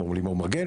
כמו לימור מגן,